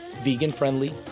Vegan-friendly